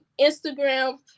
Instagram